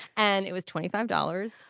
and it was twenty five dollars